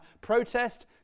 Protest